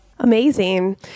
Amazing